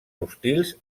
hostils